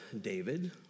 David